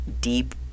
deep